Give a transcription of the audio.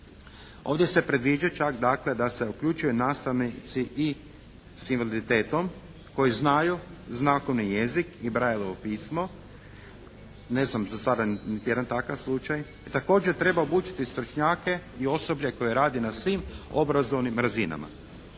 Ovdje se predviđa čak dakle da se uključuju nastavnici i s invaliditetom koji znaju znakovni jezik i Braillovo pismo, ne znam za sada niti jedan takav slučaj i također treba obučiti stručnjake i osobe koje rade na svim obrazovnim razinama.